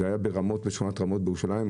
זה היה בשכונת רמות בירושלים.